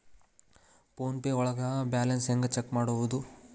Phone pay ಒಳಗ balance ಹೆಂಗ್ check ಮಾಡುವುದು?